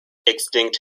extinct